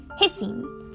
hissing